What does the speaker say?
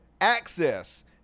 access